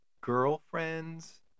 girlfriend's